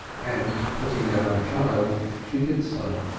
and, putting down the child, she did so.